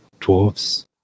dwarves